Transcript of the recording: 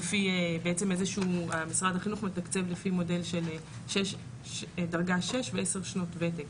בעצם משרד החינוך מתקצב לפי מודל של דרגה שש ועשר שנות וותק,